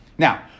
Now